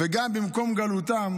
וגם במקום גלותם